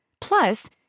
Plus